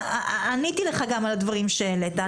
עניתי לך גם על הדברים שהעלית,